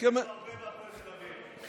יש כאלה הרבה בהפועל תל אביב.